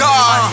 God